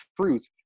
truth